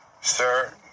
sir